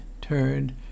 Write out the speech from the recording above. turned